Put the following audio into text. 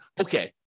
okay